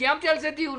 קיימתי על זה דיונים,